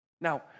Now